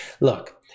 look